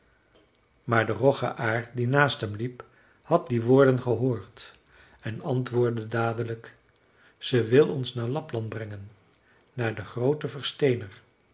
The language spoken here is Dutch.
maar de rogge aar die naast hem liep had die woorden gehoord en antwoordde dadelijk ze wil ons naar lapland brengen naar den grooten versteener